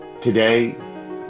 Today